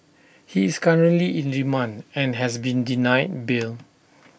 he is currently in remand and has been denied bail